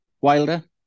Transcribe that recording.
Wilder